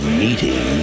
meeting